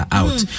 out